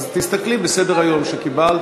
אז תסתכלי בסדר-היום שקיבלת,